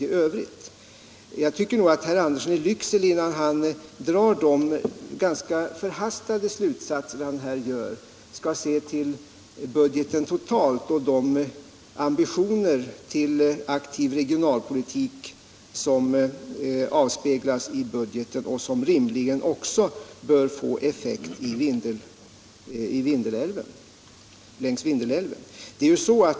Mötet lör Jag tycker att herr Andersson i Lycksele i stället för att dra förhastade Om Vindelälvspro slutsatser skall se till budgeten totalt och till de ambitioner för att åstad — grammet komma en aktiv regionalpolitik som där avspeglar sig och som också bör få effekt i Vindelälvsområdet.